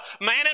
man